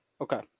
Okay